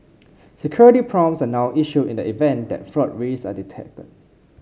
security prompts are now issued in the event that fraud risks are detected